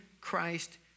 Christ